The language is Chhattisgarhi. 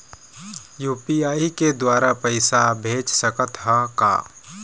यू.पी.आई के द्वारा पैसा भेज सकत ह का?